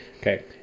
Okay